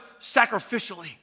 sacrificially